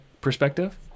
perspective